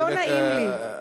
לא נעים לי.